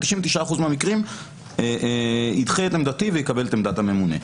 שב-99 אחוזים מהמקרים בית המשפט ידחה את עמדתי ויקבל את עמדת הממונה.